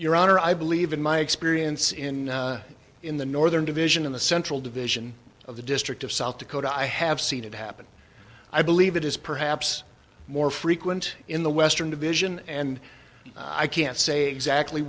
honor i believe in my experience in in the northern division in the central division of the district of south dakota i have seen it happen i believe it is perhaps more frequent in the western division and i can't say exactly